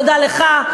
תודה לך,